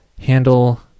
handle